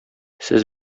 сез